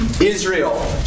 Israel